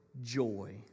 joy